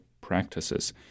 practices